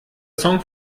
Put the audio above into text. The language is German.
song